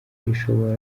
rishobora